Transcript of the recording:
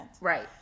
Right